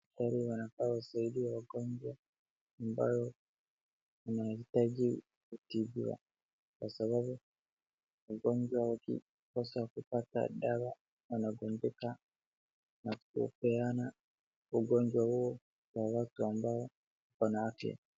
Daktari wanafaa kusaidia wagonjwa ambao wanahitaji kutibiwa. Kwa sababu ugonjwa hii kukosa kupata dawa wanagonjeka na kupeanaa ugonjwa huo kwa watu ambao wana afya.